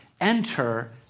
enter